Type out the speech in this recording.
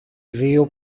δυο